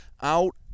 out